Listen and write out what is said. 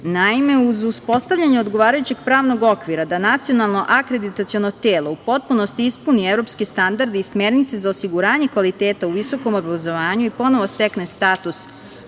Naime, uz uspostavljanje odgovarajućeg pravnog okvira da Nacionalno akreditaciono telo u potpunosti ispuni evropske standarde i smernice za osiguranje kvaliteta u visokom obrazovanju i ponovo stekne status punopravne